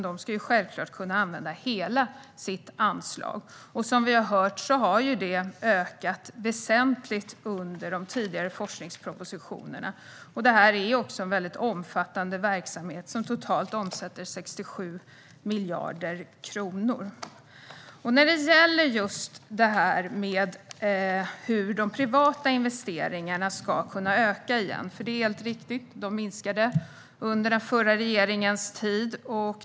De ska självklart kunna använda hela sitt anslag, och som vi har hört har det ökat väsentligt i de tidigare forskningspropositionerna. Detta är också en väldigt omfattande verksamhet, som totalt omsätter 67 miljarder kronor. Sedan gäller det hur de privata investeringarna ska kunna öka igen. Det är helt riktigt att de minskade under den förra regeringens tid.